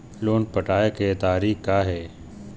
Loan पटाए के तारीख़ का हे?